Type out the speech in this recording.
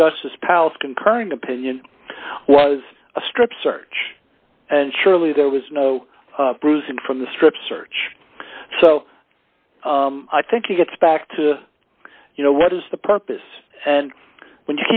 and justice palace concurring opinion was a strip search and surely there was no bruising from the strip search so i think it's back to you know what is the purpose and when